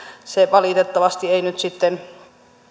valitettavasti ei nyt sitten